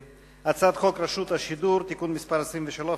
הצעת חוק רשות השידור (תיקון מס' 23),